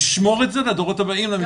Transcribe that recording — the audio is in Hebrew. לשמור את זה לדורות הבאים למקרה הצורך.